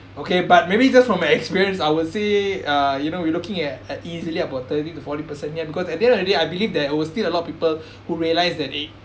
okay but maybe just from my experience I would say uh you know we're looking at at easily about thirty to forty percent ya because at the end of the day I believe there will still a lot of people who realise that eh